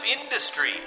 industry